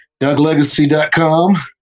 Douglegacy.com